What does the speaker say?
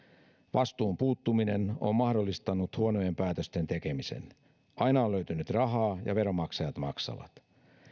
vastuun puuttuminen on mahdollistanut huonojen päätösten tekemisen aina on löytynyt rahaa ja veronmaksajat maksavat